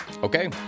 Okay